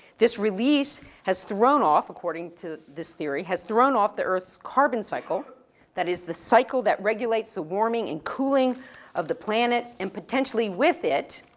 this release has thrown off, according to this theory, has thrown off the earth's carbon cycle that is the cycle that regulates the warming and cooling of the planet and potentially with it,